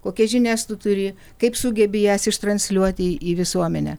kokią žinias tu turi kaip sugebi jas iš transliuoti į visuomenę